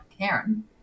Karen